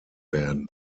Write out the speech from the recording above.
werden